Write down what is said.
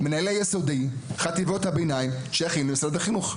מנהלים ביסודי ובחטיבות הביניים שייכים למשרד החינוך.